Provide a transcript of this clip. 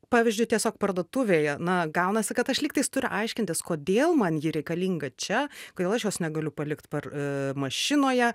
pavyzdžiui tiesiog parduotuvėje na gaunasi kad aš lygtais turi aiškintis kodėl man ji reikalinga čia kodėl aš jos negaliu palikt par a mašinoje